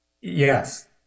yes